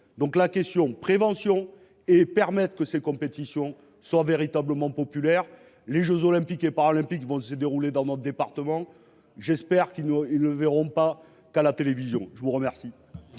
Donc la question. Prévention et permettent que ces compétitions soient véritablement populaire. Les Jeux olympiques et paralympiques vont se dérouler dans notre département. J'espère qu'il nous le verrons pas qu'à la télévision, je vous remercie.